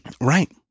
right